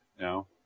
No